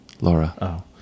Laura